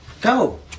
Go